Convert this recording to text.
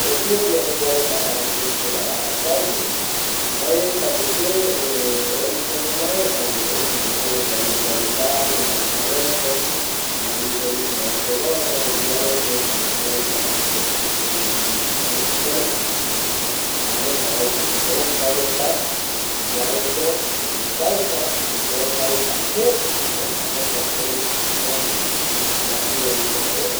Etiopia pegua reta jae i cultura reta arakae gue ma jae reta yepe oiko ñomai jare oime vi jae reta i calendario alfabeto jare i religion ortodoxa iarete jare jae reta jaeko meskel jei supe jare jae reta jukurai, jae reta iyarete oesauka jukurai jae reta jeko no jae jukurai jae reta jukurai yapirai oyapo reta